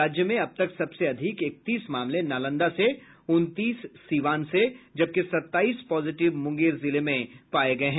राज्य में अब तक सबसे अधिक इकतीस मामले नालंदा से उनतीस सिवान से जबकि सत्ताईस पॉजिटिव मुंगेर जिले में पाये गये हैं